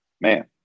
Man